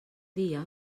dia